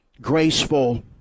graceful